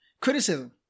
Criticism